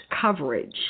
coverage